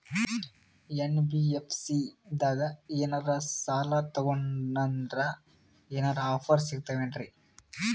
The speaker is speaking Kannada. ಎನ್.ಬಿ.ಎಫ್.ಸಿ ದಾಗ ಏನ್ರ ಸಾಲ ತೊಗೊಂಡ್ನಂದರ ಏನರ ಆಫರ್ ಸಿಗ್ತಾವೇನ್ರಿ?